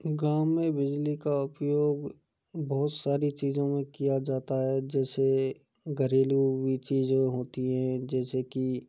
गाँव में बिजली का उपयोग बहुत सारी चीज़ों में किया जाता है जैसे घरेलू भी चीज़ें होती हैं जैसे कि